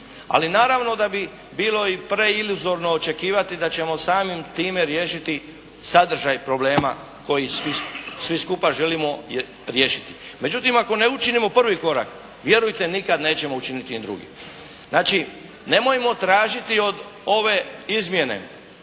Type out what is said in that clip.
Ali naravno da bi bilo i preiluzorno očekivati da ćemo samim time riješiti sadržaj problema koji svi skupa želimo riješiti. Međutim ako ne učinimo prvi korak, vjerujte nikada nećemo učiniti ni drugi. Znači nemojmo tražiti od ove izmjene